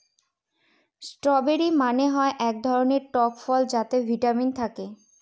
strawberry মানে হয় এক ধরনের টক ফল যাতে ভিটামিন থাকে